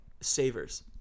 savers